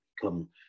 become